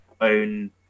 own